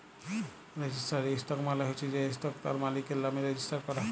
registered stock মালে হচ্যে যে ইসটকট তার মালিকের লামে রেজিস্টার ক্যরা